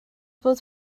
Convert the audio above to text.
bod